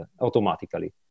automatically